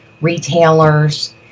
retailers